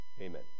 Amen